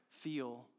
feel